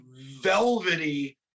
velvety